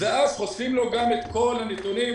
ואז חושפים לו גם את כל הנתונים.